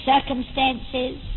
circumstances